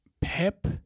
Pep